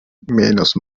menos